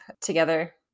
together